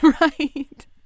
Right